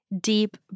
deep